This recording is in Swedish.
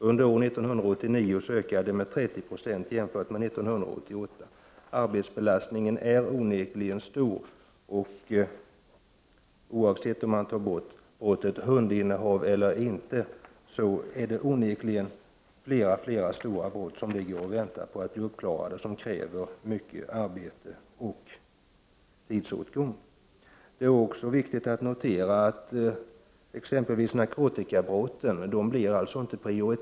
Under år 1989 ökade dessa brott i antal med 30 26 jämfört med 1988. Arbetsbelastningen är onekligen stor. Oavsett om man tar bort brottet hundinnehav eller inte så är det onekligen flera stora brott som väntar på att bli uppklarade och som kräver mycket tid och arbete. Det är också viktigt att notera att ingripandena mot exempelvis narkotikabrotten inte blir prioriterade i detta fall.